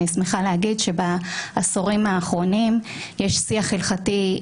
אני שמחה להגיד שבעשורים האחרונים יש שיח הלכתי,